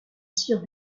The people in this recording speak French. cyr